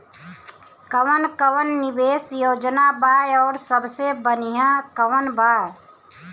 कवन कवन निवेस योजना बा और सबसे बनिहा कवन बा?